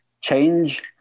change